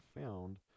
found